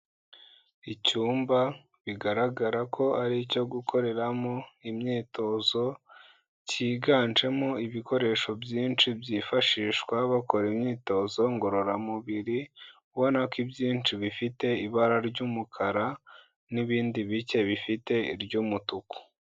Icyumba bigaragara ko ari icyo gukoreramo imyitozo, cyiganjemo ibikoresho byinshi byifashishwa bakora imyitozo ngororamubiri, ubona ko ibyinshi bifite ibara ry'umukara n'ibindi bicye bifite iry'umutuku.